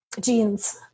Jeans